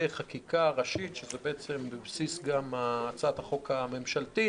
חקיקה ראשית שזה בעצם בבסיס הצעת החוק הממשלתית.